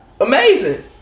amazing